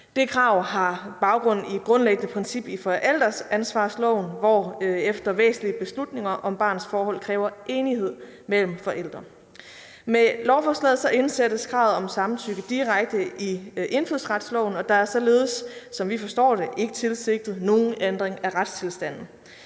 Det krav har baggrund i et grundlæggende princip i forældreansvarsloven, hvorefter væsentlige beslutninger om barnets forhold kræver enighed mellem forældrene. Med lovforslaget indsættes kravet om samtykke direkte i indfødsretsloven, og der er således, som vi forstår det, ikke tilsigtet nogen ændring af retstilstanden.